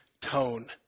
tone